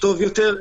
טוב יותר.